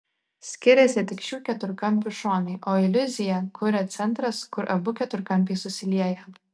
skiriasi tik šių keturkampių šonai o iliuziją kuria centras kur abu keturkampiai susilieja